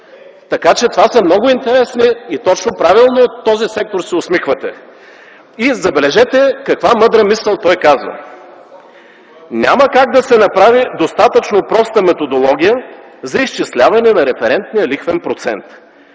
Така че, това е много интересно и правилно от този сектор се усмихвате. И, забележете, каква мъдра мисъл казва той: „Няма как да се направи достатъчно проста методология за изчисляване на референтния лихвен процент”.